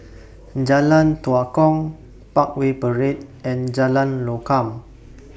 Jalan Tua Kong Parkway Parade and Jalan Lokam